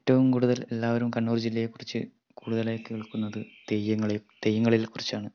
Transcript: ഏറ്റവും കൂടുതൽ എല്ലാവരും കണ്ണൂർ ജില്ലയെക്കുറിച്ച് കൂടുതലായി കേൾക്കുന്നത് തെയ്യങ്ങളെ തെയ്യങ്ങളിൽക്കുറിച്ചാണ്